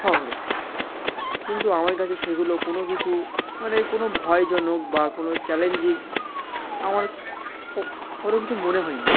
শহরে কিন্তু আমার কাছে সেগুলো কোনো কিছু মানে কোনো ভয়জনক বা কোনো চ্যালেঞ্জিং আমার কোনও কিছু মনে হয়নি